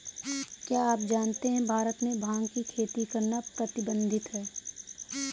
क्या आप जानते है भारत में भांग की खेती करना प्रतिबंधित है?